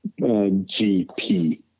GP